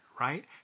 Right